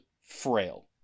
frail